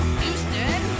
Houston